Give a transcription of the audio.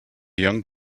young